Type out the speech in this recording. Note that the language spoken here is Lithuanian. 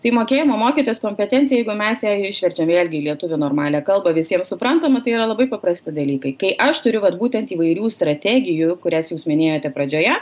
tai mokėjimo mokytis kompetencija jeigu mes ją išverčiam vėlgi į lietuvių normalią kalbą visiems suprantama tai yra labai paprasti dalykai kai aš turiu vat būtent įvairių strategijų kurias jūs minėjote pradžioje